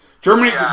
Germany